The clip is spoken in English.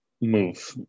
move